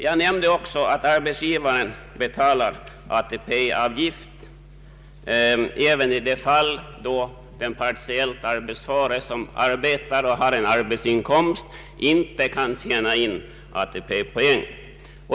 Jag nämnde också att arbetsgivaren betalar ATP-avgift även för en partiellt arbetsför som har en inkomst och som inte kan förtjäna in ATP-poäng.